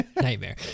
nightmare